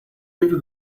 into